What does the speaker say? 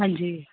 ਹਾਂਜੀ